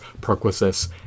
perquisites